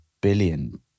billion